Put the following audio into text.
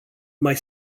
mai